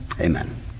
Amen